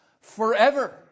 forever